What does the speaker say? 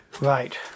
right